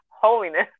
holiness